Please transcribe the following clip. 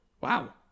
Wow